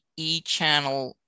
eChannel